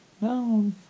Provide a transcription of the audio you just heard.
No